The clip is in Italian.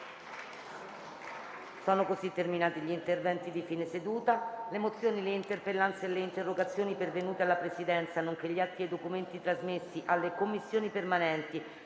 link apre una nuova finestra"). Le mozioni, le interpellanze e le interrogazioni pervenute alla Presidenza, nonché gli atti e i documenti trasmessi alle Commissioni permanenti